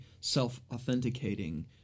self-authenticating